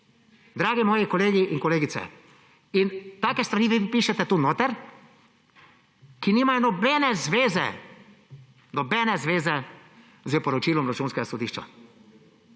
Dragi moji, kolegi in kolegice, take stvari vi pišete tukaj notri, ki nimajo nobene zveze, nobene zveze s poročilom Računskega sodišča.